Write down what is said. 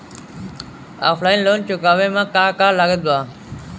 Offline loan चुकावे म का का लागत बा?